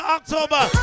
October